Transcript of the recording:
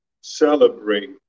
celebrate